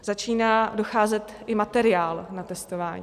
Začíná docházet i materiál na testování.